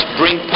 bring